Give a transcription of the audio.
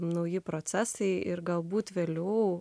nauji procesai ir galbūt vėliau